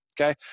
okay